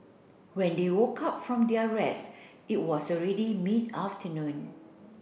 when they woke up from their rest it was already mid afternoon